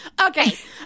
Okay